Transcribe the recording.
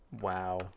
Wow